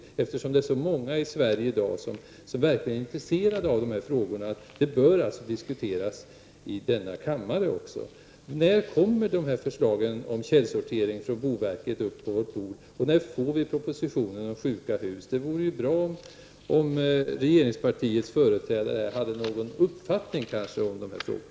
Det finns ju många människor i Sverige som i dag verkligen är intresserade av dessa frågor. De bör alltså diskuteras också i denna kammare. När kommer boverkets förslag om källsortering på riksdagens bord, och när får vi propositionen om sjuka hus? Det vore bra om regeringspartiets företrädare kunde ge uttryck för sin uppfattning i dessa frågor.